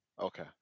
Okay